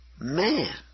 man